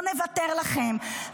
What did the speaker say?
לא נוותר לכם,